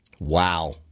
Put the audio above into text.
Wow